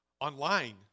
online